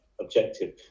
objective